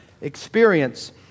experience